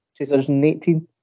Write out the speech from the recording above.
2018